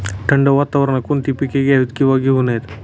थंड वातावरणात कोणती पिके घ्यावीत? किंवा घेऊ नयेत?